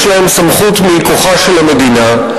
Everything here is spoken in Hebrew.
יש להם סמכות מכוחה של המדינה,